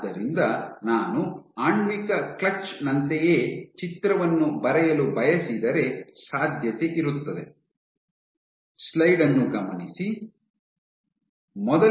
ಆದ್ದರಿಂದ ನಾನು ಆಣ್ವಿಕ ಕ್ಲಚ್ ನಂತೆಯೇ ಚಿತ್ರವನ್ನು ಬರೆಯಲು ಬಯಸಿದರೆ ಸಾಧ್ಯತೆ ಇರುತ್ತದೆ